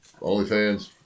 OnlyFans